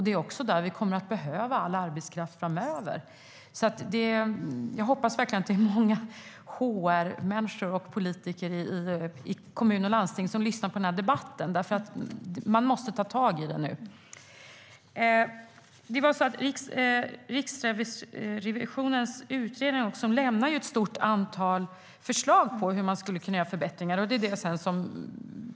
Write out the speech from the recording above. Det är där vi kommer att behöva all arbetskraft framöver. Jag hoppas att många HR-människor och politiker i kommuner och landsting lyssnar på debatten. De måste ta tag i frågan. Riksrevisionen lämnar i sin utredning ett stort antal förslag på vilka förbättringar som kan göras.